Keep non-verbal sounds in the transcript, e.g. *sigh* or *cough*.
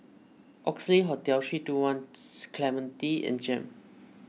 Oxley Hotel three two one *unintelligible* Clementi and Jem